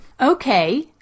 Okay